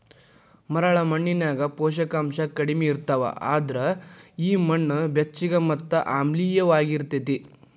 ಮರಳ ಮಣ್ಣಿನ್ಯಾಗ ಪೋಷಕಾಂಶ ಕಡಿಮಿ ಇರ್ತಾವ, ಅದ್ರ ಈ ಮಣ್ಣ ಬೆಚ್ಚಗ ಮತ್ತ ಆಮ್ಲಿಯವಾಗಿರತೇತಿ